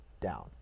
down